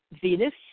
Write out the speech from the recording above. Venus